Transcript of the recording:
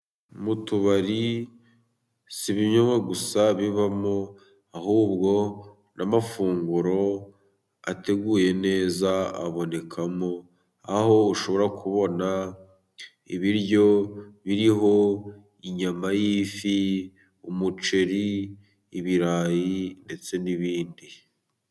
Mu tubari si ibinyobwa gusa bibamo. Ahubwo n'amafunguro ateguye neza abonekamo, aho ushobora kubona ibiryo biriho inyama y'ifi, umuceri, ibirayi ndetse n'ibindi.